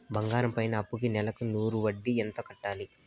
బంగారం పైన అప్పుకి నెలకు నూరు వడ్డీ ఎంత కట్టాలి?